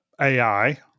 AI